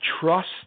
trust